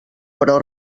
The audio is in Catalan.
però